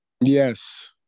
Yes